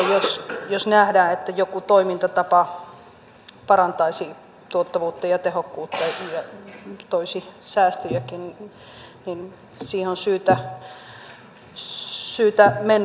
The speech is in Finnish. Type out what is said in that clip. silloin jos nähdään että joku toimintatapa parantaisi tuottavuutta ja tehokkuutta ja toisi säästöjäkin niin siihen on syytä mennä